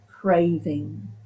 craving